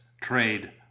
Trade